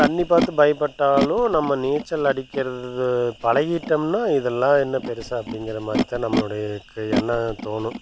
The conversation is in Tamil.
தண்ணி பார்த்து பயப்பட்டாலும் நம்ம நீச்சல் அடிக்கிறது பழகிட்டோம்னா இதெல்லாம் என்ன பெருசா அப்படிங்கிற மாதிரி தான் நம்மளுடையதுக்கு எண்ணம் தோணும்